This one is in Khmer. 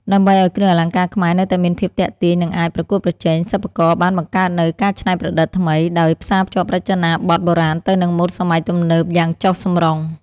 ដើម្បីឱ្យគ្រឿងអលង្ការខ្មែរនៅតែមានភាពទាក់ទាញ និងអាចប្រកួតប្រជែង សិប្បករបានបង្កើតនូវ ការច្នៃប្រឌិតថ្មី ដោយ ផ្សារភ្ជាប់រចនាបថបុរាណទៅនឹងម៉ូដសម័យទំនើប យ៉ាងចុះសម្រុង។